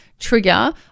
trigger